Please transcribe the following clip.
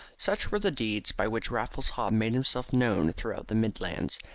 such were the deeds by which raffles haw made himself known throughout the midlands,